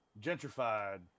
Gentrified